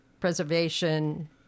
preservation